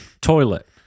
toilet